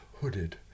hooded